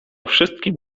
wszystkim